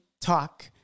talk